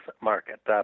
market